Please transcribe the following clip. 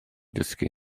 dysgu